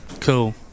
cool